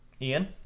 Ian